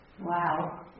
Wow